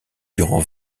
durant